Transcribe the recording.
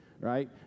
right